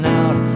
out